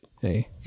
Hey